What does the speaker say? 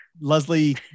Leslie